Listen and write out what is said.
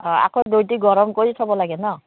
অঁ আকৌ দৈটো গৰম কৰি থ'ব লাগে ন